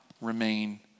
remain